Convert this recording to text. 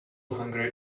hungry